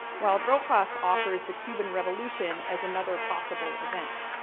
while rojas offers the cuban revolution as another possible event.